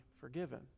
forgiven